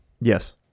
Yes